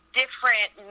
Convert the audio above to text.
different